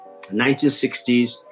1960s